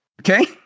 Okay